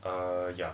err ya